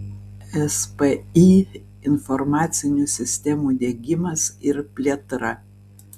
spį informacinių sistemų diegimas ir plėtra